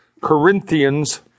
Corinthians